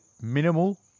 minimal